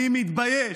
אני מתבייש,